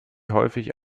häufig